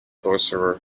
sorcerer